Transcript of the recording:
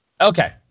Okay